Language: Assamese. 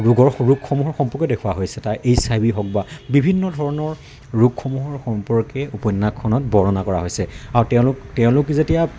ৰোগৰ ৰোগসমূহৰ সম্পৰ্কেও দেখুওৱা হৈছে তাৰে এইছ আই ভি হওক বা বিভিন্ন ধৰণৰ ৰোগসমূহৰ সম্পৰ্কে উপন্যাসখনত বৰ্ণনা কৰা হৈছে আৰু তেওঁলোক তেওঁলোক যেতিয়া